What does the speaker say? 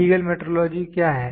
legal metrology क्या है